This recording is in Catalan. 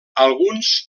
alguns